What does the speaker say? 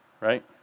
right